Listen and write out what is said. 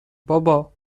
بابا